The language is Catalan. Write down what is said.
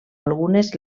algunes